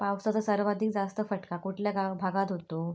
पावसाचा सर्वाधिक जास्त फटका कुठल्या भागात होतो?